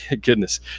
goodness